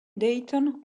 dayton